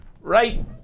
Right